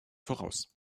voraus